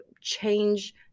change